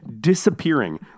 Disappearing